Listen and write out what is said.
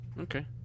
Okay